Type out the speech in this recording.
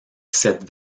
cette